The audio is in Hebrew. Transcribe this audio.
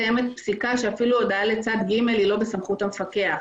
קיימת פסיקה שאפילו הודעה לצד ג' אינה בסמכות המפקח.